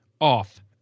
off